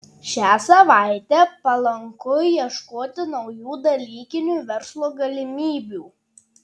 šią savaitę palanku ieškoti naujų dalykinių verslo galimybių